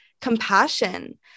compassion